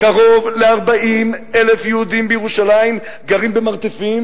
קרוב ל-40,000 יהודים בירושלים גרים במרתפים,